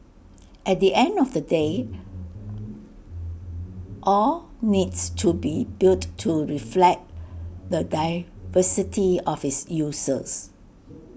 at the end of the day all needs to be built to reflect the diversity of its users